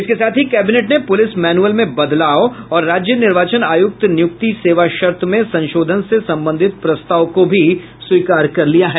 इसके साथ ही कैबिनेट ने पुलिस मैनुअल में बदलाव और राज्य निर्वाचन आयुक्त नियुक्ति सेवा शर्त में संशोधन से संबंधित प्रस्ताव को भी स्वीकार कर लिया है